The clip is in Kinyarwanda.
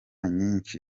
nyinshi